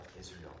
Israel